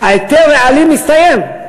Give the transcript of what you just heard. היתר הרעלים מסתיים.